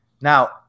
Now